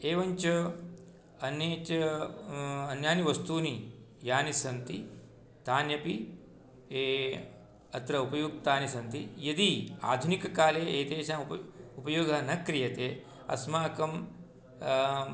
एवञ्च अन्य च अन्यानि वस्तूनि यानि सन्ति तान्यपि अत्र उपयुक्तानि सन्ति यदि आधुनिककाले एतेषाम् उपयोगः न क्रियते अस्माकं